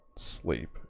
Sleep